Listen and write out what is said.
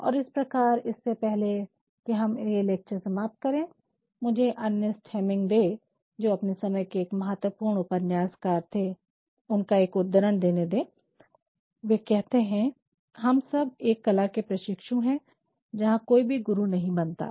और इस प्रकार इससे पहले की हम ये लेक्चर समाप्त करे मुझे अर्नेस्ट हेमिंग्वे जोकि अपने समय के एक महत्वपूर्ण उपन्यासकार थे उनका एक उद्दरण देने दे वो कहते है हम सब एक कला के प्रशिक्षु है जहाँ कोई कभी गुरु नहीं बनता है